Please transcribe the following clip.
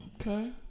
Okay